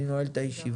אני נועל את הישיבה.